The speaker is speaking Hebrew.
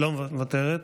מוותרת.